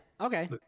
Okay